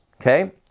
okay